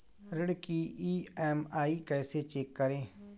ऋण की ई.एम.आई कैसे चेक करें?